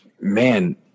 man